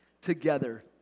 together